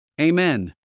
Amen